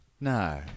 No